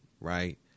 right